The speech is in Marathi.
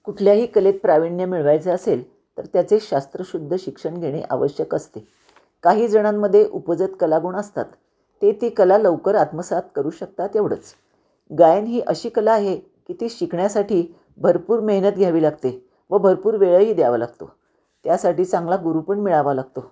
कुठल्याही कलेत प्रावीण्य मिळवायचं असेल तर त्याचे शास्त्रशुद्ध शिक्षण घेणे आवश्यक असते काही जणांमध्ये उपजत कलागुण असतात ते ती कला लवकर आत्मसात करू शकतात एवढंच गायन ही अशी कला आहे की ती शिकण्यासाठी भरपूर मेहनत घ्यावी लागते व भरपूर वेळही द्यावा लागतो त्यासाठी चांगला गुरु पण मिळावा लागतो